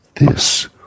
This